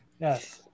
Yes